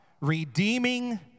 redeeming